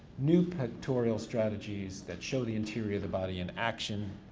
new pictorial strategies that show the interior of the body in action,